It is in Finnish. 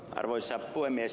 arvoisa puhemies